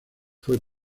fue